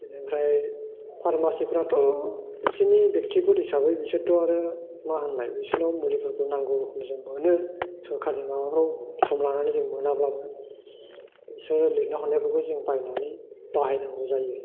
बेनिफ्राय फारमासिफ्राथ' बिसोरनि बेक्थिग'त हिसाबै बिसोरथ' आरो मा होननाय बिसोरनाव मुलिफोरखौ नांगौ रोखोम जों मोनो सोरखारनि माबाफ्राव सम लानानै जों मोनाब्लाबो बिसोरो लिरनानै हरनायफोरखौ जों बायनानै बाहायनांगौ जायो